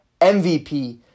MVP